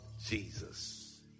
Jesus